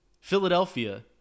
Philadelphia